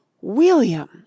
William